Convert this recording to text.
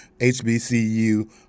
HBCU